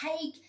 take